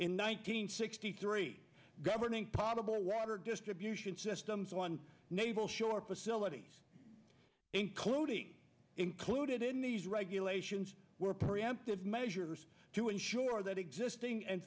hundred sixty three governing possible water distribution systems one naval shore facilities including included in these regulations were preemptive measures to ensure that existing and